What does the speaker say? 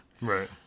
right